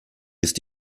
ist